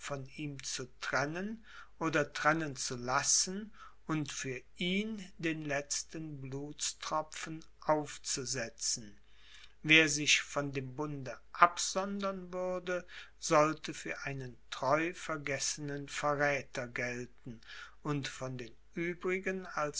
von ihm zu trennen oder trennen zu lassen und für ihn den letzten blutstropfen aufzusetzen wer sich von dem bunde absondern würde sollte für einen treuvergessenen verräther gelten und von den uebrigen